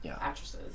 actresses